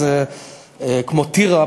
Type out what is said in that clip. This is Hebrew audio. אז כמו טירה,